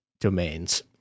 domains